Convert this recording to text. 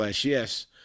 yes